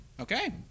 Okay